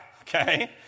Okay